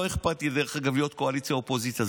לא אכפת לי להיות קואליציה אופוזיציה,